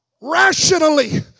Rationally